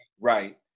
Right